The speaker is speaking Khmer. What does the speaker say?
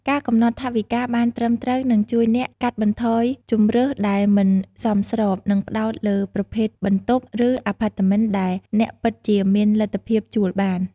ការកំណត់ថវិកាបានត្រឹមត្រូវនឹងជួយអ្នកកាត់បន្ថយជម្រើសដែលមិនសមស្រប និងផ្ដោតលើប្រភេទបន្ទប់ ឬអាផាតមិនដែលអ្នកពិតជាមានលទ្ធភាពជួលបាន។